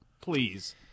please